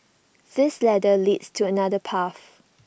this ladder leads to another path